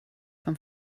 vom